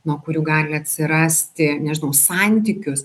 nuo kurių gali atsirasti nežinau santykius